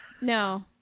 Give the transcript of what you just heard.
No